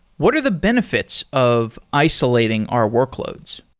what are the benefits of isolating our workloads?